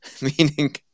meaning